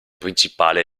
principale